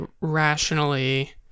rationally